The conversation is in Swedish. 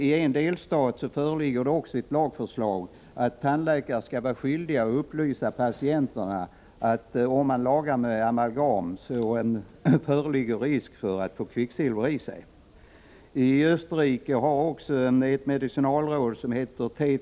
I en delstat föreligger också ett lagförslag om att tandläkare skall vara skyldiga att upplysa patienterna om att det finns risk för att få kvicksilver i sig om tänderna lagas med amalgam. I Österrike har ett medicinalråd som heter T.